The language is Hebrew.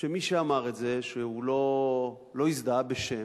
שמי שאמר את זה, והוא לא הזדהה בשם,